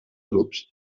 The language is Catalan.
grups